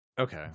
okay